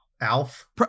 Alf